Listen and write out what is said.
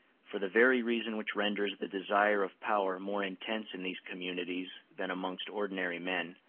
for the very reason which renders the desire of power more intense in these communities than amongst ordinary men,